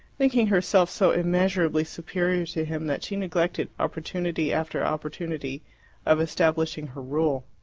thinking herself so immeasurably superior to him that she neglected opportunity after opportunity of establishing her rule.